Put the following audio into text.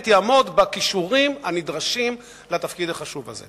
יהיו לו הכישורים הנדרשים לתפקיד החשוב הזה?